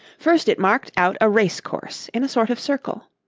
first it marked out a race-course, in a sort of circle,